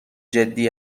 جدی